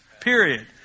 period